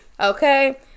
Okay